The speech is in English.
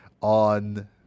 on